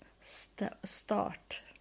start